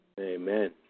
Amen